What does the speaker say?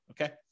Okay